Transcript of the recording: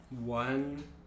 one